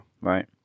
right